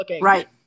Right